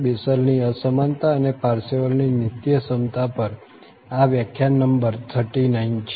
બેસેલની અસમાનતા અને પારસેવલની નિત્યસમતા પર આ વ્યાખ્યાન નંબર 39 છે